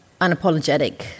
unapologetic